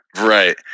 Right